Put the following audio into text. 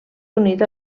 unit